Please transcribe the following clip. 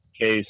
case